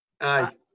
Aye